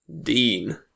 Dean